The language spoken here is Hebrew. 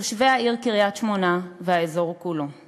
תושבי העיר קריית-שמונה והאזור כולו;